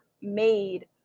made